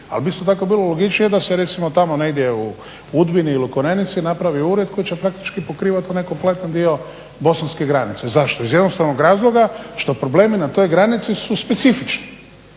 ali bi isto tako bilo logičnije da se recimo tamo negdje u Udbini ili u Korenici napravi ured koji će praktički pokrivat onaj kompletan dio bosanske granice. Zašto? Iz jednostavnog razloga što problemi na toj granici su specifični.